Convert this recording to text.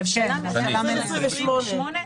בהבשלה מלאה, ב-2028.